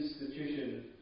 institution